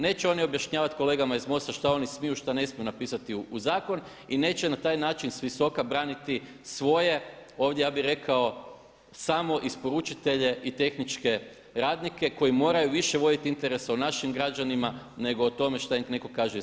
Neće oni objašnjavati kolegama iz MOST-a šta oni smiju, šta ne smiju napisati u zakon i neće na taj način s visoka braniti svoje ovdje ja bi rekao samoisporučitelje i tehničke radnike koji moraju voditi više interesa o našim građanima nego o tome što im netko kaže iz